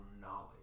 knowledge